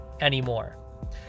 anymore